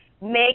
make